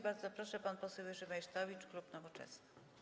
Bardzo proszę, pan poseł Jerzy Meysztowicz, klub Nowoczesna.